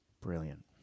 Brilliant